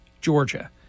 Georgia